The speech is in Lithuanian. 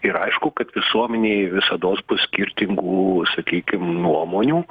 ir aišku kad visuomenėj visados bus skirtingų sakykim nuomonių